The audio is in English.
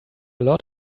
lot